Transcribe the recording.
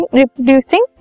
reproducing